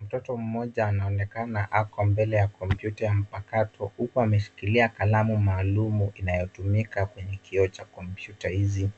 Mtoto mmoja anaonekana ako mbele ya kompyuta mpakato, huku ameshikilia kalamu maalumu inayotumika kwenye kioo cha kompyuta hizi .